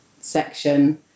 section